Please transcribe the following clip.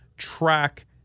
track